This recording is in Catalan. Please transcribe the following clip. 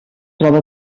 troba